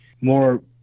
more